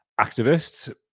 activists